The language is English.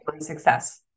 success